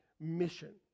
mission